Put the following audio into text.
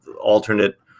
alternate